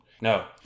No